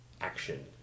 action